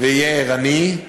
ויהיה ערני,